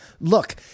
Look